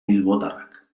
bilbotarrak